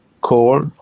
call